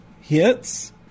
hits